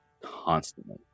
constantly